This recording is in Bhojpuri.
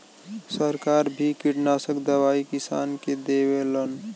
सरकार भी किटनासक दवाई किसान के देवलन